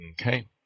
okay